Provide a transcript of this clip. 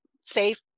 safe